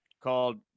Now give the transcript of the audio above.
called